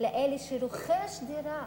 לזה שרוכש דירה,